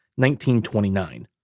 1929